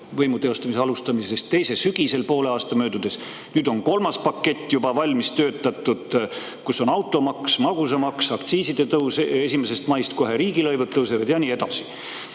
võimu teostamise alustamisest; teise sügisel, poole aasta möödudes; nüüd on kolmas pakett juba valmis töötatud, kus on automaks, magusamaks, aktsiiside tõus 1. maist. Kohe ka riigilõivud tõusevad ja nii edasi.